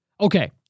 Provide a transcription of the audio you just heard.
okay